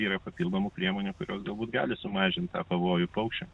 yra papildomų priemonių kurios galbūt gali sumažint tą pavojų paukščiam